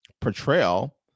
portrayal